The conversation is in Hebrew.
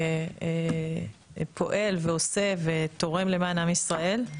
ופועל ועושה ותורם למען ישראל.